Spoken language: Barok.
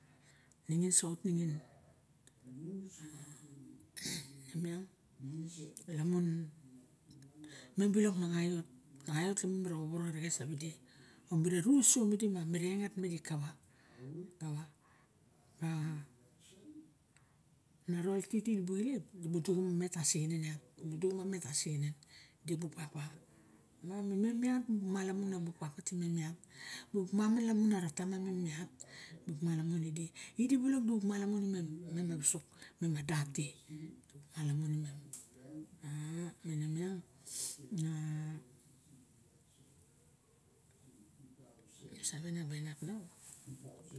Ningin sot ningin a nemiang lamune mem balok mexaiot lamun meraba vovoro xerexes savidi mira rusuo midi ma mira engat kava, kava ra na rol tidi dibu ile dibu duxuma met tasixinen yat di bu papa ma mem yat rubu malamun abu papa timeme yat mibup mama ara tamam mem yat mibup malamun idi ma idi bulok dibup malamun emem a visok ma da ti malamun emem a maine miang na >